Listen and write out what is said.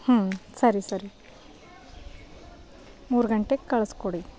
ಹ್ಞೂ ಸರಿ ಸರಿ ಮೂರು ಗಂಟೆಗೆ ಕಳಿಸ್ಕೊಡಿ